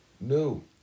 no